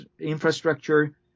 infrastructure